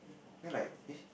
then like eh